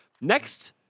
Next